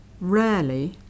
Rarely